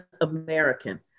American